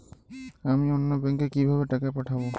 আমি অন্য ব্যাংকে কিভাবে টাকা পাঠাব?